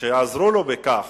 שעזרו לו בכך,